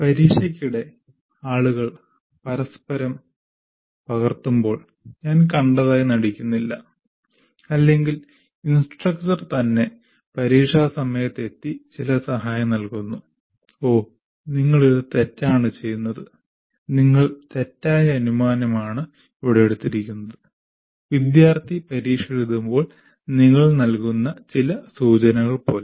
പരീക്ഷയ്ക്കിടെ ആളുകൾ പരസ്പരം പകർത്തുമ്പോൾ ഞാൻ കണ്ടതായി നടിക്കുന്നില്ല അല്ലെങ്കിൽ ഇൻസ്ട്രക്ടർ തന്നെ പരീക്ഷാസമയത്ത് എത്തി ചില സഹായം നൽകുന്നു "ഓ നിങ്ങൾ ഇത് തെറ്റാണ് ചെയ്യുന്നത് നിങ്ങൾ തെറ്റായ അനുമാനം ആണ് ഇവിടെ എടുത്തിരിക്കുന്നത് " വിദ്യാർത്ഥി പരീക്ഷ എഴുതുമ്പോൾ നിങ്ങൾ നൽകുന്ന ചില സൂചനകൾ പോലെ